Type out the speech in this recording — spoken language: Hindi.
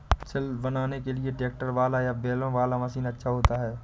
सिल बनाने के लिए ट्रैक्टर वाला या बैलों वाला मशीन अच्छा होता है?